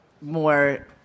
more